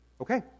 Okay